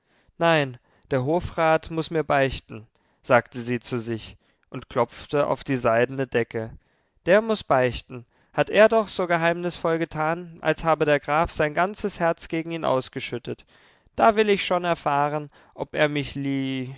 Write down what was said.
nein der hofrat muß mir beichten sagte sie zu sich und klopfte auf die seidene decke der muß beichten hat er doch so geheimnisvoll getan als habe der graf sein ganzes herz gegen ihn ausgeschüttet da will ich schon erfahren ob er mich